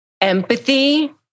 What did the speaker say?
empathy